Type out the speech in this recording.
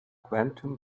quantum